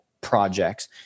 projects